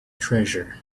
treasure